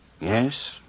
Yes